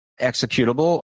executable